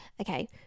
Okay